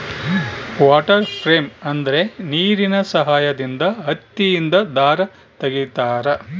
water frame ಅಂದ್ರೆ ನೀರಿನ ಸಹಾಯದಿಂದ ಹತ್ತಿಯಿಂದ ದಾರ ತಗಿತಾರ